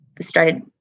started